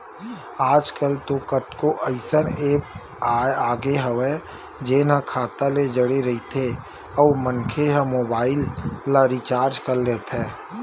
आजकल तो कतको अइसन ऐप आगे हवय जेन ह खाता ले जड़े रहिथे अउ मनखे ह मोबाईल ल रिचार्ज कर लेथे